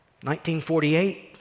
1948